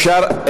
אפשר,